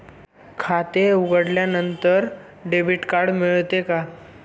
खाते उघडल्यानंतर debit card मिळते का?